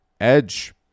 Edge